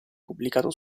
pubblicato